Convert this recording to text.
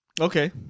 Okay